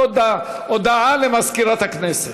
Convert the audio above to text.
הודעה למזכירת הכנסת.